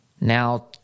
now –